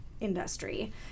industry